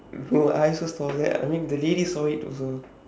no I also saw that I mean the lady saw it also